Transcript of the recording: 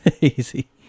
easy